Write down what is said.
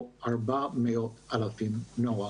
וכ-400,000 בני נוער.